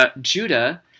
Judah